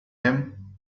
him